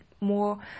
more